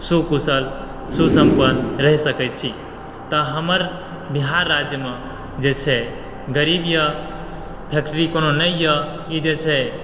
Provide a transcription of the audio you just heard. सुकुशल सुसंपन्न रहि सकै छी तऽ हमर बिहार राज्य मे जे छै गरीब यऽ फ़ैक्ट्री कोनो नहि यऽ ई जे छै